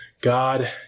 God